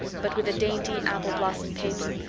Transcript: but with a dainty apple-blossom paper,